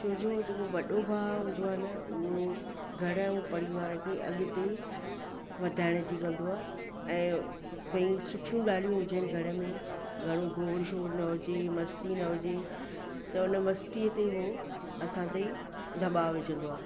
छो जो जेको वॾो भाउ हूंदो आहे न उहो घर ऐं परिवार खे अॻिते वधाइण जी कंदो आहे ऐं ॿई सुठियूं ॻाल्हियूं हुजणु घर में घणो गोड़ु शोर न हुजे मस्ती न हुजे त हुन मस्तीअ ते उहो असांते दबाव विझंदो आहे